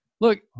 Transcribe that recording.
Look